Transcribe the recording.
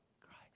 Christ